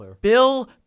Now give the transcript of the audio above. Bill